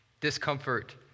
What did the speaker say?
discomfort